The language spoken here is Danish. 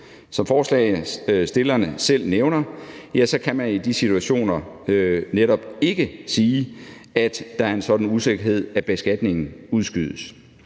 Som forslagsstillerne selv nævner, kan man i de situationer netop ikke sige, at der er en sådan usikkerhed, at beskatningen udskydes.